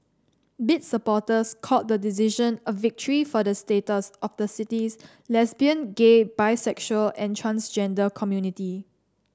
bid supporters called the decision a victory for the status of the city's lesbian gay bisexual and transgender community